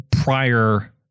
prior